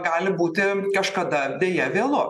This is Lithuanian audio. gali būti kažkada deja vėlu